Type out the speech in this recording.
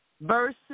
Verse